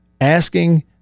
asking